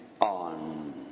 on